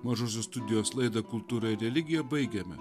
mažosios studijos laidą kultūrą ir religiją baigiame